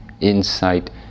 insight